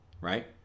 right